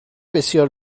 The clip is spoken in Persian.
بسیار